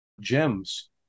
gems